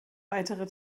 weitere